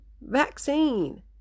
vaccine